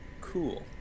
cool